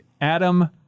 Adam